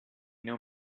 know